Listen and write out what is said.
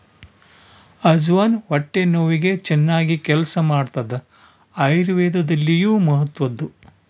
ಅಜ್ವಾನ ಹೊಟ್ಟೆ ನೋವಿಗೆ ಚನ್ನಾಗಿ ಕೆಲಸ ಮಾಡ್ತಾದ ಆಯುರ್ವೇದದಲ್ಲಿಯೂ ಮಹತ್ವದ್ದು